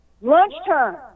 lunchtime